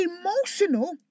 emotional